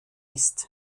ist